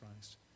Christ